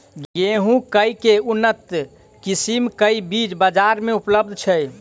गेंहूँ केँ के उन्नत किसिम केँ बीज बजार मे उपलब्ध छैय?